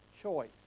choice